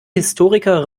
historiker